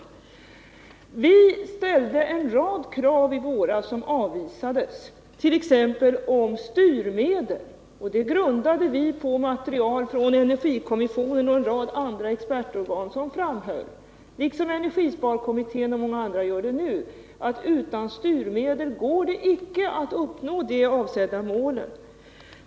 Visställde en rad krav i våras som avvisades, t.ex. om styrmedel. Det kravet grundade vi på material från energikommissionen och en rad andra expertorgan, som framhöll, liksom energisparkommittén och många andra gör nu, att det utan styrmedel inte går att uppnå det avsedda målet.